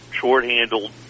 short-handled